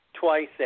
twice